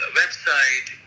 website